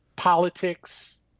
politics